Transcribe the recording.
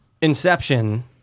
Inception